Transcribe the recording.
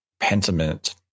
Pentiment